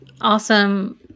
Awesome